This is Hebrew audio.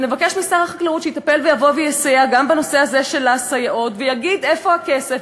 ונבקש משר החקלאות גם בנושא הזה של הסייעות שיגיד איפה הכסף,